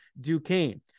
Duquesne